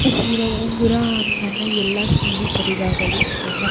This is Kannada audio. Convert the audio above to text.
ಉಂಗರ ಉಂಗುರ ನನ್ನ ಎಲ್ಲ ಸ್ನೇಹಿತರಿಗಾಗಲಿ ನನ್ನ